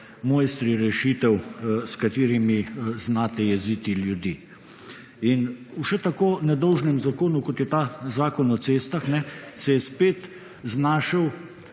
mojstri rešitev, s katerimi znate jeziti ljudi. In v še tako nedolžnem zakonu, kot je ta Zakon o cestah, se je spet znašel